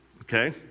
okay